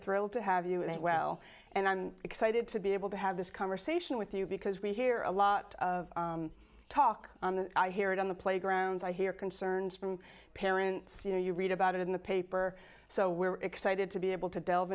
thrilled to have you as well and i'm excited to be able to have this conversation with you because we hear a lot of talk i hear it on the playgrounds i hear concerns from parents you know you read about it in the paper so we're excited to be able to delve